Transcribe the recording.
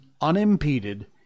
unimpeded